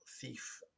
thief